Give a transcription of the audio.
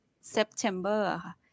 September